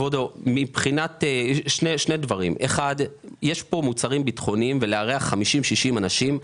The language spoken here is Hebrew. מכיוון שיש פה מוצרים ביטחוניים אז לא קל לנו לארח 50,60 אנשים.